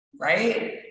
right